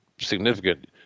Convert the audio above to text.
significant